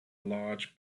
large